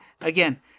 again